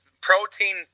protein